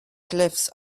cliffs